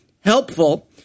helpful